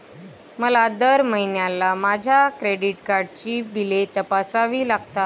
मला दर महिन्याला माझ्या क्रेडिट कार्डची बिले तपासावी लागतात